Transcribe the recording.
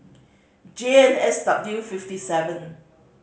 J N S W fifty seven